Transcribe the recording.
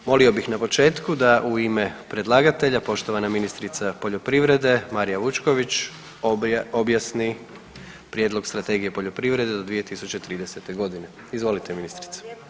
Molio bih na početku da u ime predlagatelja poštovana ministrica poljoprivrede Marija Vučković objasni prijedlog Strategije poljoprivrede do 2030.g. Izvolite ministrice.